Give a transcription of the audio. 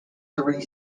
three